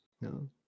No